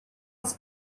als